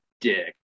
dick